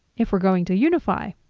if we're going to unify,